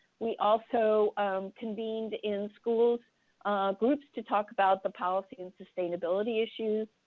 we also convened in school groups to talk about the policy and sustainability issues.